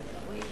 אורי